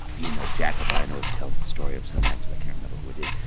you know, jack o'brien always tells the story of some actress, i can't remember who it is,